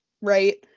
right